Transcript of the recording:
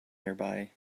nearby